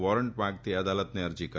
warrant માંગતી અદાલતને અરજી કરી